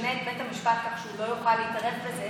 נשנה את בית המשפט כך שהוא לא יוכל להתערב בזה,